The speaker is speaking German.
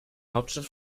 hauptstadt